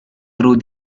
through